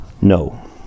No